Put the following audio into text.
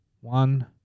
one